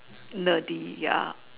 nerdy ya